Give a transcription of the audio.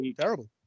terrible